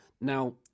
Now